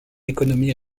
économie